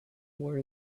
were